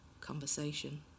conversation